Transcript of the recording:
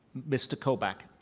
mr. kobach.